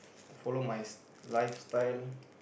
follow my lifestyle